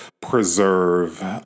preserve